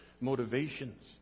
motivations